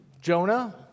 Jonah